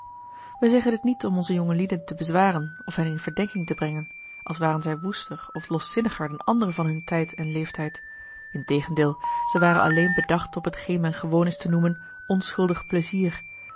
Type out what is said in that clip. wij zeggen dit niet om onze jongelieden te bezwaren of hen in verdenking te brengen als waren zij woester of loszinniger dan anderen van hun tijd en leeftijd integendeel zij waren alleen bedacht op hetgeen men gewoon is te noemen onschuldig plezier